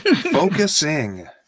Focusing